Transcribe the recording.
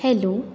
hello